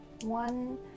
one